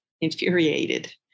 infuriated